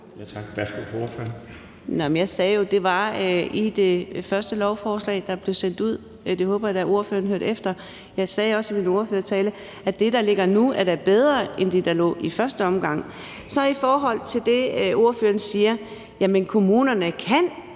jeg sagde jo, at det var i det første lovforslag, der blev fremsat, og det håber jeg da at ordføreren hørte. Jeg sagde også i min ordførertale, at det, der ligger nu, da er bedre end det, der lå i første omgang. I forhold til det, ordføreren siger, vil jeg sige, at kommunerne kan